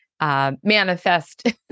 Manifest